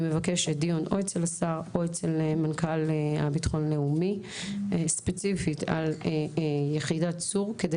או אצל השר או אצל מנכ"ל המשרד לביטחון לאומי ספציפית על יחידת צור כדי